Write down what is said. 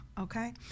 okay